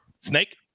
Snake